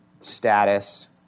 status